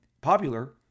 popular